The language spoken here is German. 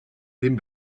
dem